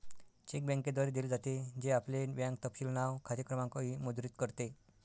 check बँकेद्वारे दिले जाते, जे आपले बँक तपशील नाव, खाते क्रमांक इ मुद्रित करते